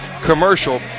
commercial